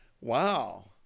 wow